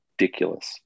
ridiculous